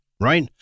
right